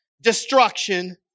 destruction